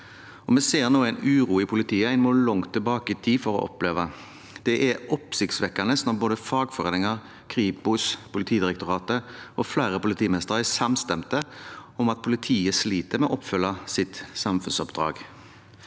Vi ser nå en uro i politiet en må langt tilbake i tid for å oppleve. Det er oppsiktsvekkende når både fagforeninger, Kripos, Politidirektoratet og flere politimestre er samstemt om at politiet sliter med å oppfylle sitt samfunnsoppdrag.